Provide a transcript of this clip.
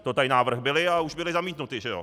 To tady návrhy byly, ale už byly zamítnuty, že jo.